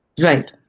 Right